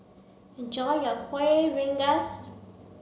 enjoy your kueh rengas